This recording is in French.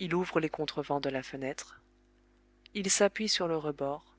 il ouvre les contrevents de la fenêtre il s'appuie sur le rebord